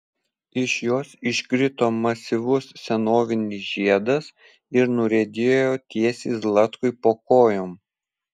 iš jos iškrito masyvus senovinis žiedas ir nuriedėjo tiesiai zlatkui po kojom